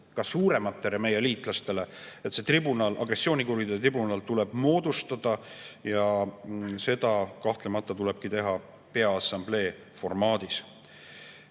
ka suurematele liitlastele: see tribunal, agressioonikuritegude tribunal tuleb moodustada, ja seda kahtlemata tuleb teha peaassamblee formaadis.